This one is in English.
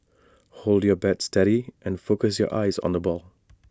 hold your bat steady and focus your eyes on the ball